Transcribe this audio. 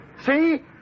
See